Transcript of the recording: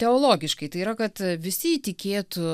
teologiškai tai yra kad visi įtikėtų